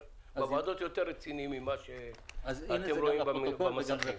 אבל בוועדות יותר רציניים ממה שאתם רואים במסכים.